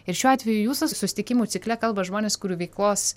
ir šiuo atveju jūsų susitikimų cikle kalba žmonės kurių veiklos